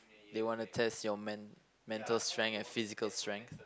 they want to test your men~ mental strength and physical strength